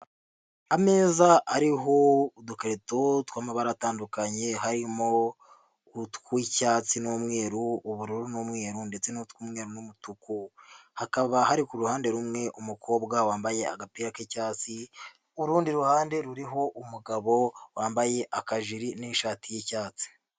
Ameza ariho udukarito tw'amabara atandukanye, harimo utw'icyatsi n'umweru, ubururu n'umweru ndetse n'utwumweru n'umutuku, hakaba hari ku ruhande rumwe umukobwa wambaye agapira k'icyatsi, urundi ruhande ruriho umugabo wambaye akajire n'ishati y'icyatsi.